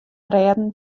rêden